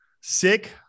sick